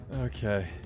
okay